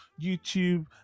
YouTube